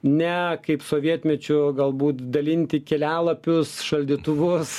ne kaip sovietmečiu galbūt dalinti kelialapius šaldytuvus